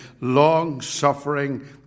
long-suffering